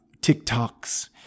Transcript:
TikToks